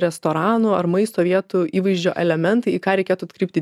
restoranų ar maisto vietų įvaizdžio elementai į ką reikėtų atkreipti